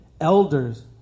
Elders